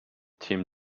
tim